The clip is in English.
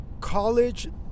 College